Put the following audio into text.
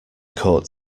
court